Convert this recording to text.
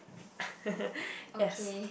yes